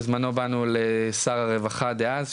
בזמנו באנו לשר הרווחה דאז,